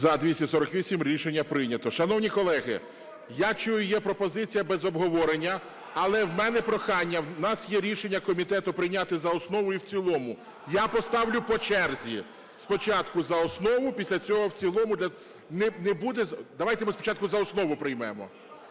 За-248 Рішення прийнято. Шановні колеги, я чую, є пропозиція – без обговорення, але в мене прохання. В нас є рішення комітету прийняти за основу і в цілому. Я поставлю по черзі: спочатку – за основу, після цього – в цілому. Не буде... давайте ми спочатку за основу приймемо.